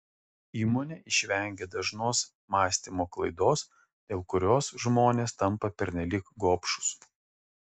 įmonė išvengė dažnos mąstymo klaidos dėl kurios žmonės tampa pernelyg gobšūs